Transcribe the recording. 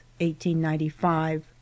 1895